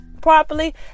properly